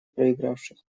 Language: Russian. проигравших